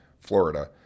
Florida